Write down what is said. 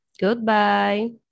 Goodbye